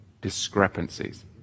discrepancies